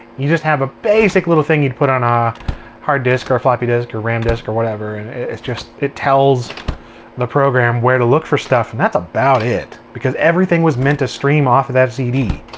you just have a basic little thing you'd put on a hard disk or floppy disk or ram disk or whatever and it's just, it tells the program where to look for stuff and that's about it. because everything was meant to stream off of that cd.